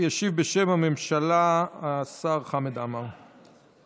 ישיב בשם הממשלה השר חמד עמאר.